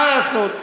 מה לעשות.